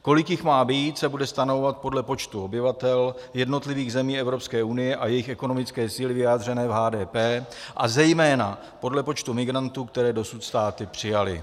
Kolik jich má být, se bude stanovovat podle počtu obyvatel jednotlivých zemí Evropské unie a jejich ekonomické síly vyjádřené v HDP a zejména podle počtu migrantů, které dosud státy přijaly.